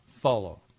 follow